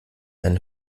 einen